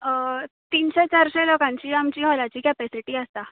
तीनशें चारशें लोकांची आमची हॉलाची कॅपेसिटी आसा